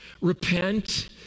Repent